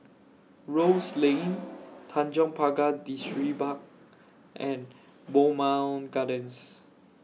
Rose Lane Tanjong Pagar Distripark and Bowmont Gardens